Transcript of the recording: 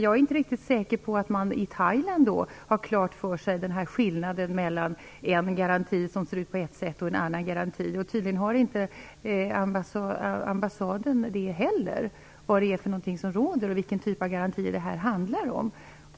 Jag är inte riktigt säker på att man i Thailand har skillnaden mellan olika garantier klar för sig. Tydligen vet inte heller ambassaden vad som gäller och vilken typ av garanti det handlar om.